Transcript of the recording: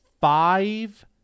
five